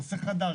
נושא חדש,